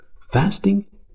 Fasting